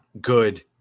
good